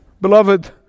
Beloved